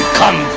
come